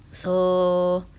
so